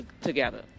together